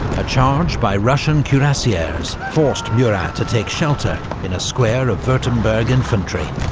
a charge by russian cuirassiers forced murat to take shelter in a square of wurttemberg infantry.